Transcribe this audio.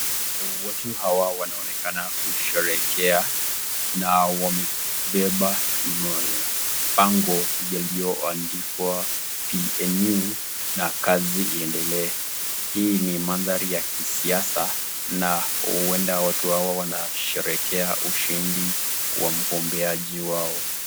Watu hawa wanaonekana kusherehekea na wamebeba mabango yaliyoandikwa PNU na kazi iendelee. Hii ni mandhari ya kisiasa na huenda watu hawa wanasherehekea ushindi wa mgombeaji wao.